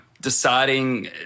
deciding